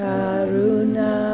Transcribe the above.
Karuna